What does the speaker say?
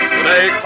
Today